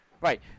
Right